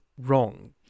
wrong